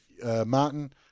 Martin